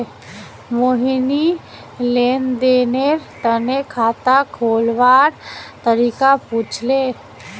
मोहिनी लेन देनेर तने खाता खोलवार तरीका पूछले